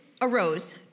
arose